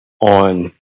on